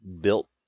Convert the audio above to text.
built